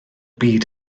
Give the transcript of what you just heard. byd